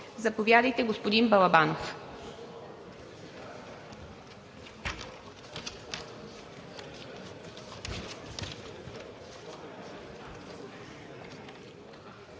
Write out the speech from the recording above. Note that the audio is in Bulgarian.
Заповядайте, господин Балабанов.